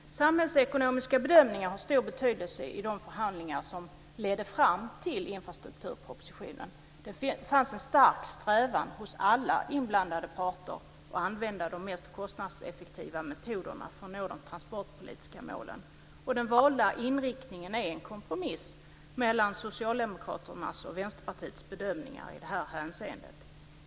Samhällsekonomiska bedömningar hade stor betydelse i de förhandlingar som ledde fram till infrastrukturpropositionen. Det fanns en stark strävan hos alla inblandade parter att använda de mest kostnadseffektiva metoderna för att nå de transportpolitiska målen. Den valda inriktningen är en kompromiss mellan Socialdemokraternas och Vänsterpartiets bedömningar i detta hänseende.